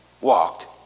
walked